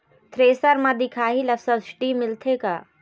Thresher म दिखाही ला सब्सिडी मिलथे का?